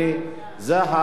זה התקנון.